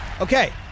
Okay